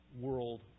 world